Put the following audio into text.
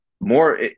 More